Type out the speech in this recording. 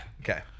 Okay